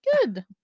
Good